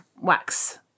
wax